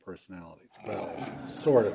personality sort of